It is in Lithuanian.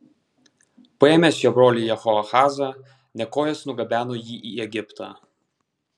paėmęs jo brolį jehoahazą nekojas nugabeno jį į egiptą